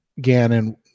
Gannon